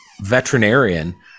veterinarian